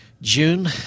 June